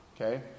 Okay